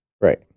Right